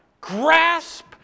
Grasp